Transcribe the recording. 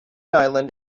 island